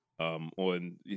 On